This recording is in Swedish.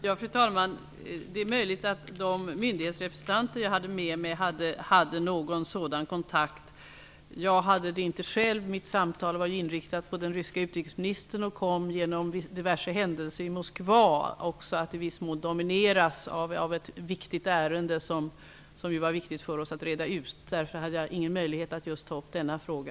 Fru talman! Det är möjligt att de myndighetsrepresentanter som jag hade med mig hade någon sådan kontakt. Jag hade det inte själv. Mitt samtal var inriktat på den ryske utrikesministern och kom genom diverse händelser i Moskva att i viss mån domineras av ett viktigt ärende som det var angeläget att reda ut. Jag hade därför ingen möjlighet att ta upp just denna fråga.